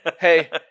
hey